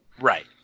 Right